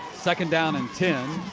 second down and ten.